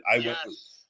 Yes